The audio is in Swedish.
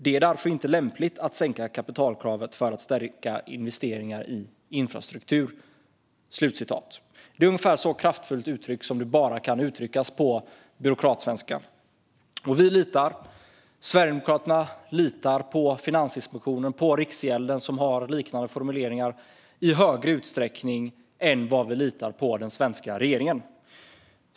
"Det är därför inte lämpligt att sänka kapitalkravet för att stärka incitamenten för investeringar i infrastruktur." Det är ungefär så kraftfullt uttryckt som det bara kan uttryckas på byråkratsvenska. Och Sverigedemokraterna litar på Finansinspektionen och på Riksgälden, som har liknande formuleringar, i större utsträckning än vad vi litar på den svenska regeringen.